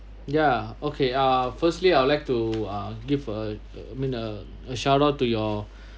ya okay uh firstly I'd like to ah give a I mean a a shout out to your